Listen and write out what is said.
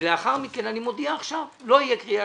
ולאחר מכן אני מודיע עכשיו שלא תהיה קריאה